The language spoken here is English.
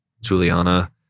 Juliana